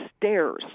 stairs